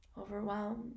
overwhelmed